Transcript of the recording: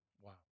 Wow